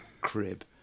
crib